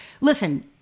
Listen